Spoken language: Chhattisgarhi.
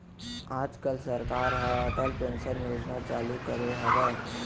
आज काल सरकार ह अटल पेंसन योजना चालू करे हवय